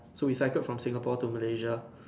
so we cycle from Singapore to Malaysia